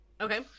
okay